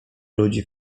ludzi